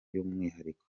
by’umwihariko